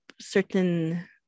certain